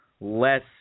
less